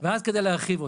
ואז, כדי להרחיב אותם.